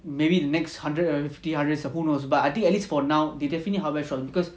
maybe the next hundred and fifty hundred who knows but I think at least for now they definitely need hardware shop because